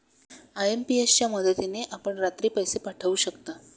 IMPS च्या मदतीने आपण रात्री पैसे पाठवू शकता